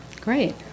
Great